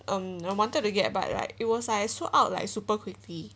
um I wanted to get but like it was like sold out like super quickly